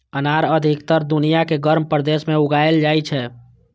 अनार अधिकतर दुनिया के गर्म प्रदेश मे उगाएल जाइ छै